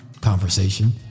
conversation